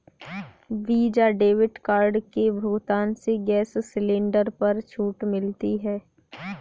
visa debit card के भुगतान से गैस सिलेंडर पर छूट मिलती है